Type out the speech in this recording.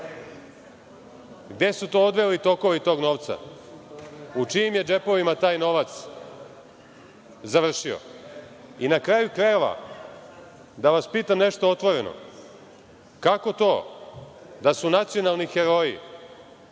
Gde su to odveli tokovi tog novca? U čijim je džepovima taj novac završio?I na kraju krajeva, da vas pitam nešto otvoreno. Kako to da su nacionalni heroji